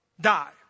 die